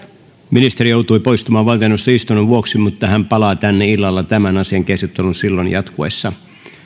ministeri joutui poistumaan valtioneuvoston istunnon vuoksi mutta hän palaa tänne illalla tämän asian käsittelyn silloin jatkuessa